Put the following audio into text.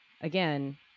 again